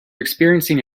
experiencing